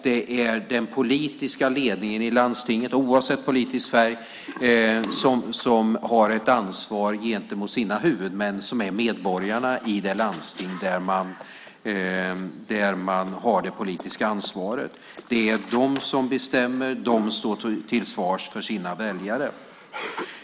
Det är den politiska ledningen i landstinget, oavsett politisk färg, som har ett ansvar gentemot sina huvudmän, nämligen medborgarna i det landsting där man har det politiska ansvaret. Det är de som bestämmer, och de står till svars för sina väljare.